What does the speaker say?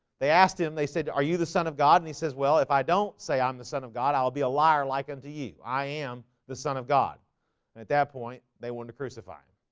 they asked him they said are you the son of god and he says well if i don't say i'm the son of god i'll be a liar like them and to you. i am the son of god and at that point they want to crucify him